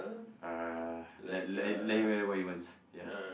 uh let let let him wear what he wants ya